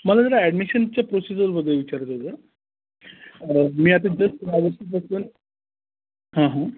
मला जरा ॲडमिशनच्या प्रोसिजरबद्दल विचारायचं होतं मी आता जस्ट ॲडमिशनबद्दल